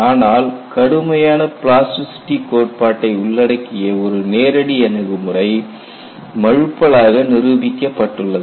ஆனால் கடுமையான பிளாஸ்டிசிட்டி கோட்பாட்டை உள்ளடக்கிய ஒரு நேரடி அணுகுமுறை மழுப்பலாக நிரூபிக்கப்பட்டுள்ளது